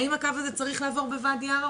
האם הקו הזה צריך לעבור בוואדי ערה,